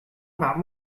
about